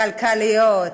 כלכליות.